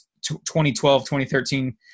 2012-2013